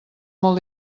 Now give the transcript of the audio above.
molt